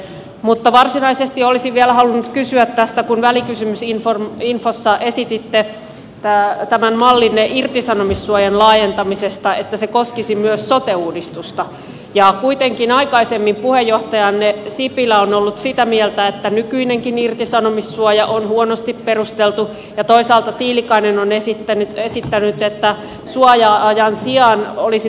mutta varsinaisesti olisin vielä halunnut kysyä tästä kun välikysymysinfossa esititte tämän mallinne irtisanomissuojan laajentamisesta että se koskisi myös sote uudistusta ja kuitenkin aikaisemmin puheenjohtajanne sipilä on ollut sitä mieltä että nykyinenkin irtisanomissuoja on huonosti perusteltu ja toisaalta tiilikainen on esittänyt että suoja ajan sijaan olisi tämmöinen eropakettiratkaisu